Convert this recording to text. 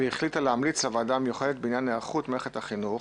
והיא החליטה להמליץ לוועדה המיוחדת בעניין "היערכות מערכת החינוך,